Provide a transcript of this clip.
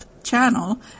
Channel